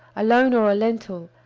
a loan or a lentil,